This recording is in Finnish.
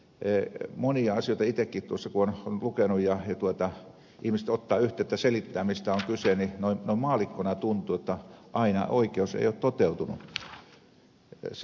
monia asioita itsekin tuossa kun on lukenut ja ihmiset ottavat yhteyttä ja selittävät mistä on kyse niin noin maallikkona tuntuu jotta aina oikeus ei ole toteutunut